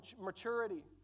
maturity